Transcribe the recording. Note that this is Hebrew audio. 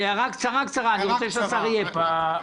הערה קצרה, אני רוצה שהשר יהיה פה.